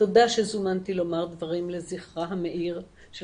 תודה שזומנתי לומר דברים לזכרה המאיר של